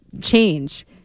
change